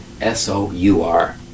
S-O-U-R